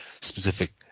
specific